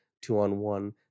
two-on-one